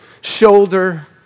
shoulder